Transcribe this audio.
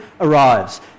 arrives